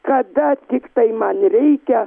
kada tiktai man reikia